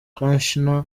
kushner